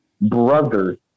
brothers